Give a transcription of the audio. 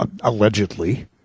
allegedly